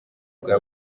bwa